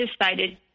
decided